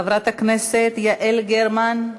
חברת הכנסת יעל גרמן,